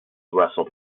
wrestled